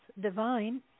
Divine